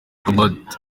robert